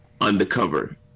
undercover